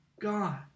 God